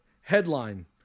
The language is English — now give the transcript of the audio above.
headline